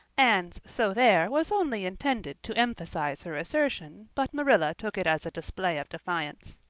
anne's so there was only intended to emphasize her assertion, but marilla took it as a display of defiance.